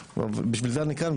בשביל זה אני כאן,